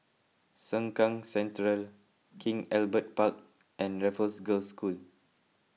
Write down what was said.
Sengkang Central King Albert Park and Raffles Girls' School